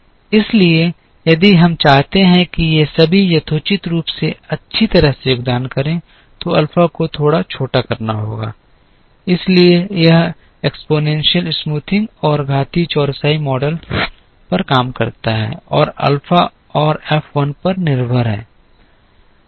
इसलिए यदि हम चाहते हैं कि वे सभी यथोचित रूप से अच्छी तरह से योगदान करें तो अल्फा को थोड़ा छोटा करना होगा इसलिए यह है कि घातीय चौरसाई मॉडल काम करता है और अल्फा और एफ 1 पर निर्भर है